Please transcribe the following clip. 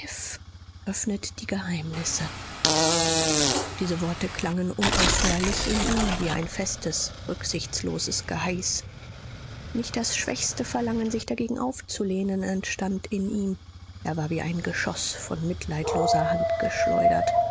öffnet die geheimnisse diese worte klangen unaufhörlich in ihm wie ein festes rücksichtsloses geheiß nicht das schwächste verlangen sich dagegen aufzulehnen entstand in ihm er war wie ein geschoß von mitleidloser hand geschleudert